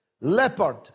Leopard